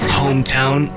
hometown